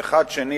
ואחד לשני,